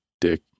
dick